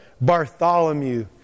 Bartholomew